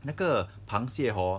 那个螃蟹 hor